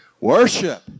Worship